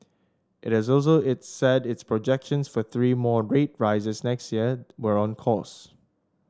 it is also it said its projections for three more a grade rises next year were on course